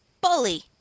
Bully